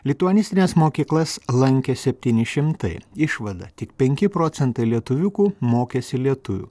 lituanistines mokyklas lankė septyni šimtai išvada tik penki procentai lietuviukų mokėsi lietuvių